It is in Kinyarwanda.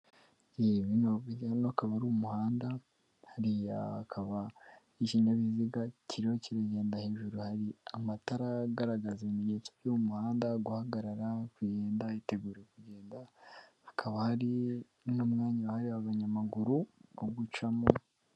Bino bijyana akaba ari umuhanda hariya hakaba ikinyabiziga kiriho kiragenda hejuru hari amatara agaragaza ibimenyetso by'umuhanda, guhagarara kurinda yitegura kugenda, hakaba hari n'umwanya wari abanyamaguru mu gucamo.